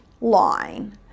line